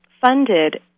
funded